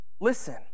Listen